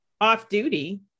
off-duty